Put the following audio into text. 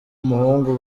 muhungu